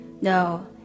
No